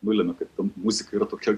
nulemia kad ta muzika yra tokia